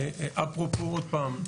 אפרופו עוד פעם,